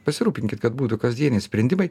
pasirūpinkit kad būtų kasdieniai sprendimai